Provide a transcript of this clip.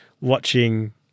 watching